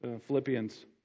Philippians